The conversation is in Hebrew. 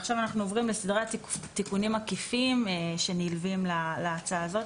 עכשיו אנחנו עוברים לסדרת תיקונים עקיפים שנלווים להצעה הזאת